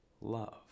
love